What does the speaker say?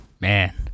man